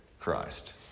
Christ